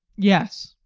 yes.